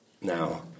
Now